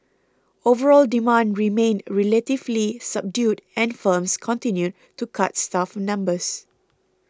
overall demand remained relatively subdued and firms continued to cut staff numbers